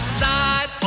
side